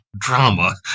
drama